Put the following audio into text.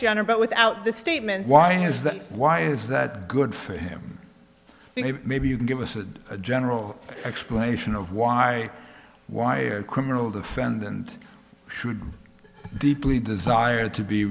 general but without the statement why is that why is that good for him maybe you can give us a general explanation of why why a criminal defendant should be deeply desired to be